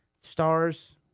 stars